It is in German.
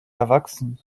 erwachsen